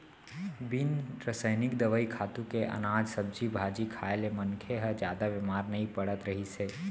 बिन रसइनिक दवई, खातू के अनाज, सब्जी भाजी खाए ले मनखे ह जादा बेमार नइ परत रहिस हे